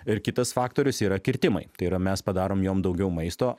ir kitas faktorius yra kirtimai tai yra mes padarom jom daugiau maisto